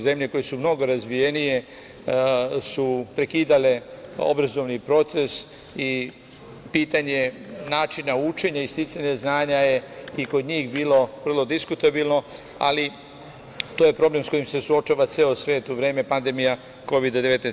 Zemlje koje su mnogo razvijenije su prekidale obrazovni proces i pitanje načina učenja i sticanja znanja je i kod njih bilo vrlo diskutabilno, ali to je problem sa kojim se suočava ceo svet u vreme pandemije Kovida 19.